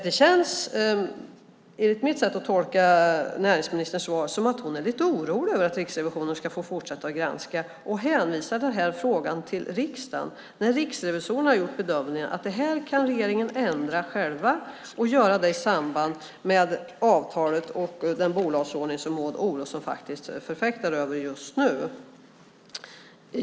Det känns enligt mitt sätt att tolka näringsministerns svar som att hon är lite orolig över att Riksrevisionen ska få fortsätta att granska och hänvisa frågan till riksdagen när riksrevisorerna har gjort bedömningen att regeringen kan ändra själv i samband med avtalet och den bolagsordning som Maud Olofsson förfäktar just nu. Herr talman!